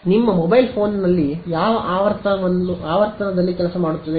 ನಿಮ್ಮ ಮೊಬೈಲ್ ಫೋನ್ನಲ್ಲಿ ಯಾವ ಆವರ್ತನದಲ್ಲಿ ಕೆಲಸ ಮಾಡುತ್ತದೆ